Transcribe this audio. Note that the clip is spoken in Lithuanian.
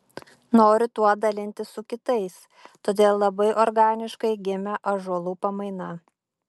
noriu tuo dalintis su kitais todėl labai organiškai gimė ąžuolų pamaina